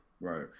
right